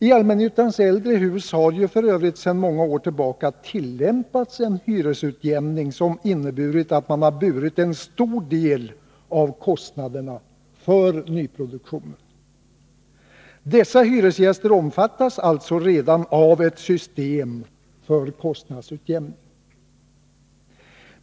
Tallmännyttans äldre hus har ju f. ö. sedan många år tillbaka tillämpats en hyresutjämning, som betytt att man burit en stor del av kostnaderna för nyproduktion. Dessa hyresgäster omfattas alltså redan av ett system för kostnadsutjämning.